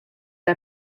era